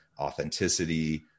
authenticity